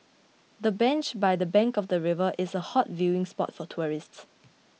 the bench by the bank of the river is a hot viewing spot for tourists